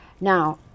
Now